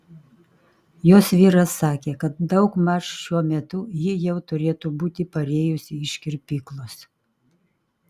jos vyras sakė kad daugmaž šiuo metu ji jau turėtų būti parėjusi iš kirpyklos